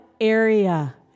area